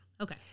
Okay